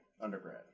undergrad